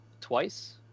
twice